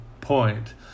point